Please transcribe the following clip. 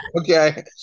Okay